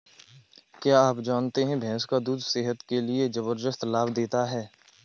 क्या आप जानते है भैंस का दूध सेहत के लिए जबरदस्त लाभ देता है?